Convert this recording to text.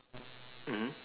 mmhmm